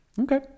Okay